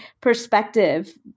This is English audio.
perspective